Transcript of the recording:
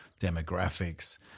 demographics